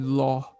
law